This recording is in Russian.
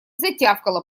затявкала